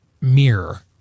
mirror